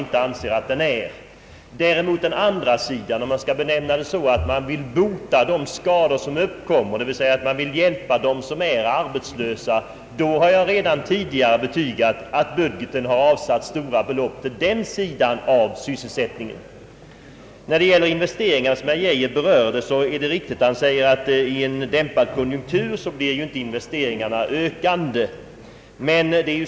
Om man å den andra sidan benämner det så, att man vill bota de skador som uppkommer, d. v. s. man vill hjälpa dem som är arbetslösa, då har jag redan tidigare betygat att i budgeten har avsatts stora belopp för den sidan av sysselsättningsfrågan. Beträffande investeringarna är det riktigt, som herr Geijer sade, att i en dämpad konjunktur blir ju investeringarna inte ökande.